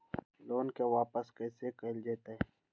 Loan के वापस कैसे कैल जतय?